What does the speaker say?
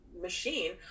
machine